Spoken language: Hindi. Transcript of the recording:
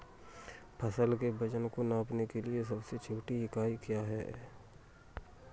फसल के वजन को नापने के लिए सबसे छोटी इकाई क्या है?